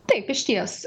taip išties